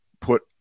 put